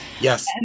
Yes